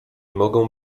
mogą